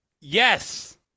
yes